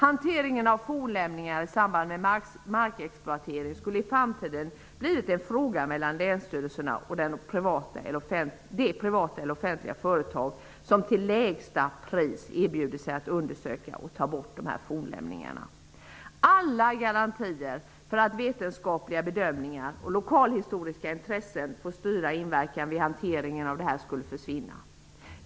Hanteringen av fornlämningar i samband med markexploatering skulle i framtiden ha blivit en fråga mellan länsstyrelserna och de privata och offentliga företag som till lägsta pris erbjuder sig att undersöka och ta bort fornlämningarna. Alla garantier för att vetenskapliga bedömningar och lokalhistoriska intressen skall få styra inverkan vid hanteringen skulle försvinna.